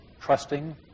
Trusting